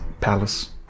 palace